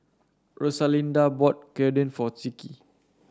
Rosalinda bought Gyudon for Zeke